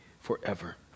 forever